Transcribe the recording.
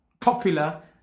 popular